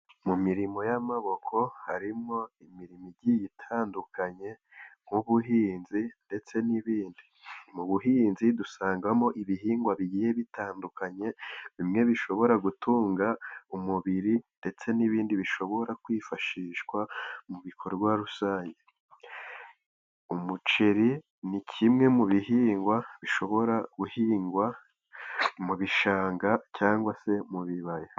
Mu mirimo y'amaboko harimo imirimo igiye itandukanye nk'ubuhinzi ndetse n'ibindi. Mu buhinzi dusangamo ibihingwa bigiye bitandukanye bimwe bishobora gutunga umubiri ndetse n'ibindi bishobora kwifashishwa mu bikorwa rusange. Umuceri ni kimwe mu bihingwa bishobora guhingwa mu bishanga cyangwa se mu bibaya.